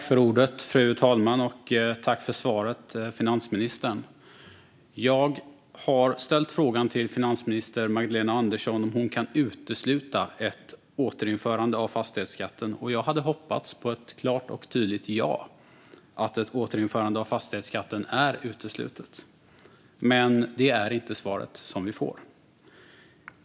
Fru talman! Tack för svaret, finansministern! Jag har frågat finansminister Magdalena Andersson om hon kan utesluta ett återinförande av fastighetsskatten. Jag hade hoppats på ett klart och tydligt ja - ett återinförande av fastighetsskatten är uteslutet. Men det är inte det svar som vi får.